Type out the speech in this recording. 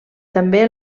també